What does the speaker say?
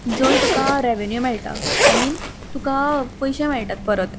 जंय तुका रेवन्यू मेळटा आय मिन तुका पयशें मेळटात परत